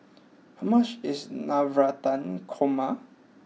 how much is Navratan Korma